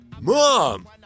Mom